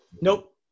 Nope